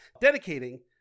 dedicating